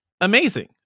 Amazing